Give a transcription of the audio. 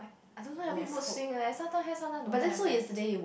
I don't know having mood swing leh sometime have sometime don't have eh